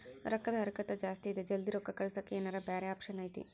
ರೊಕ್ಕದ ಹರಕತ್ತ ಜಾಸ್ತಿ ಇದೆ ಜಲ್ದಿ ರೊಕ್ಕ ಕಳಸಕ್ಕೆ ಏನಾರ ಬ್ಯಾರೆ ಆಪ್ಷನ್ ಐತಿ?